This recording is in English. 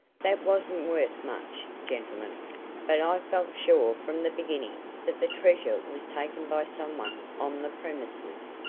that wasn't worth much, gentlemen but i felt sure from the beginning that the treasure was taken by someone on the premises.